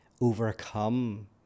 overcome